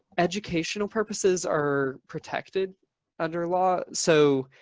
educational purposes are protected under law. so,